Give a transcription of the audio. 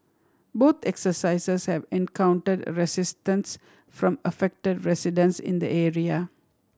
both exercises have encountered resistance from affected residents in the area